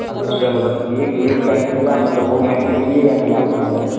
हाँ तो उससे मतलब केक वेक का इन्तज़ाम मतलब वो मेनू में चाहिए या नहीं आपको मतलब